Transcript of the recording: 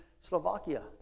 Slovakia